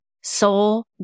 soul